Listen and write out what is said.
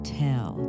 tell